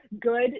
good